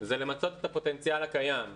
למצות את הפוטנציאל הקיים.